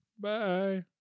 Bye